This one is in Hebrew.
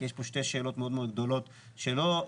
כי יש פה שתי שאלות מאוד גדולות שלא